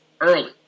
early